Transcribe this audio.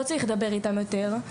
לא צריך לדבר איתם יותר,